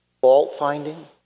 fault-finding